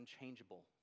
unchangeable